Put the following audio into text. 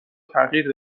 تغییر